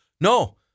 no